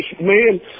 man